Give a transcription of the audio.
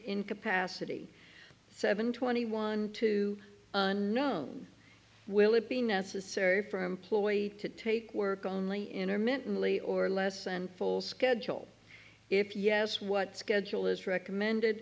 incapacity seven twenty one to know will it be necessary for employee to take work only intermittently or less and full schedule if yes what schedule is recommended